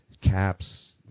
caps